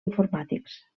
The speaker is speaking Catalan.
informàtics